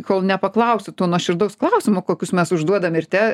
kol nepaklausi to nuoširdaus klausimo kokius mes užduodam ir te